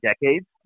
decades